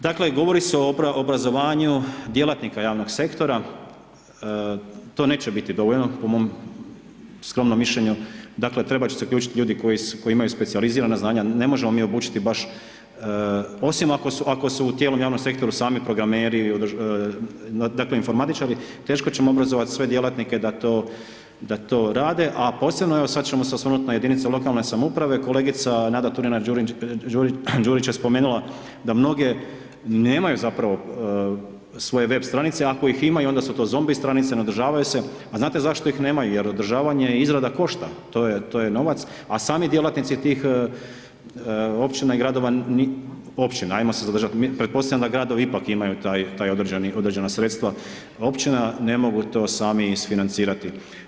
Dakle, govori se o obrazovanju djelatnika javnog sektora, to neće biti dovoljno po mom skromnom mišljenju, dakle, trebat će se uključiti ljudi koji imaju specijalizirana znanja, ne možemo mi obučiti baš, osim ako su u tijelu u javnom sektoru sami programeri, dakle informatičari, teško ćemo obrazovati sve djelatnike da to rade, a posebno evo sad ćemo se osvrnuti na jedinice lokalne samouprave, kolegica Nada Turina Đurića spomenula da mnoge nemaju zapravo svoje web stranice, ako ih ima, onda su to zombi stranice, ne održavaju se, a znate zašto ih nemaju jer održavanje i izrada košta, to je novac, a sami djelatnici tih općina i gradova, općina, ajmo se zadržat, pretpostavljam da gradovi ipak imaju taj određena sredstva, općina ne mogu to sami isfinancirati.